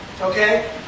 Okay